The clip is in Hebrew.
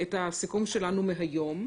את הסיכום שלנו מהיום.